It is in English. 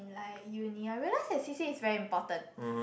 I uni I realised that C_C_A is very important